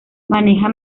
maneja